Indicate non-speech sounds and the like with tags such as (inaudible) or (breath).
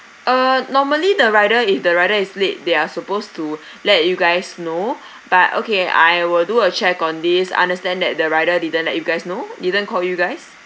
uh normally the rider if the rider is late they are supposed to (breath) let you guys know (breath) but okay I will do a check on this understand that the rider didn't let you guys know didn't call you guys